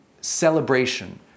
celebration